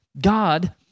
God